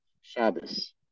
Shabbos